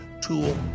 tool